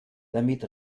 damit